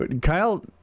Kyle